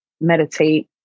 meditate